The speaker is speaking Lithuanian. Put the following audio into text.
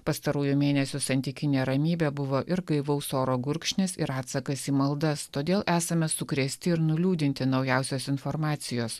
pastarųjų mėnesių santykinė ramybė buvo ir gaivaus oro gurkšnis ir atsakas į maldas todėl esame sukrėsti ir nuliūdinti naujausios informacijos